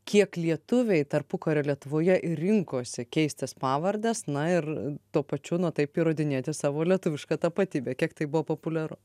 kiek lietuviai tarpukario lietuvoje rinkosi keist tas pavardes na ir tuo pačiu na taip įrodinėti savo lietuvišką tapatybę kiek tai buvo populiaru